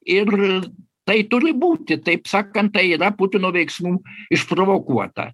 ir tai turi būti taip sakant tai yra putino veiksmų išprovokuota